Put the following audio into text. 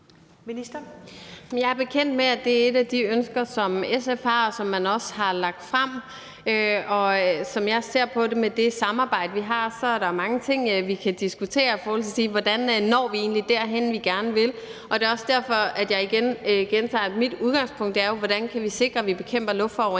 Jeg er bekendt med, at det er et af de ønsker, som SF har, og som man også har lagt frem, og som jeg ser på det, er der i det samarbejde, vi har, mange ting, vi kan diskutere for at se på, hvordan vi egentlig når derhen, hvor vi gerne vil. Det er også derfor, at jeg gentager, at mit udgangspunkt jo er, at vi skal se på, hvordan vi kan sikre, at vi får bekæmpet luftforurening